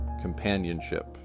companionship